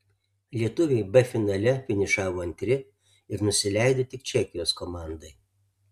lietuviai b finale finišavo antri ir nusileido tik čekijos komandai